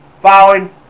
Following